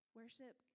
Worship